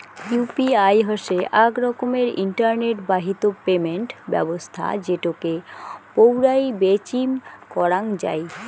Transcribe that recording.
UPI হসে আক রকমের ইন্টারনেট বাহিত পেমেন্ট ব্যবছস্থা যেটোকে পৌরাই বেচিম করাঙ যাই